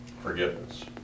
forgiveness